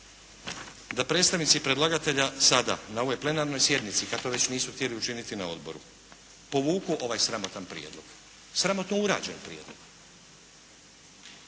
da predstavnici predlagatelja sada na ovoj plenarnoj sjednici, kad to već nisu htjeli učiniti na Odboru, povuku ovaj sramotan prijedlog, sramotno urađen prijedlog,